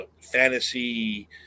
Fantasy